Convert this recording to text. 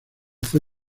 fue